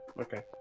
Okay